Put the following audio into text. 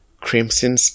crimson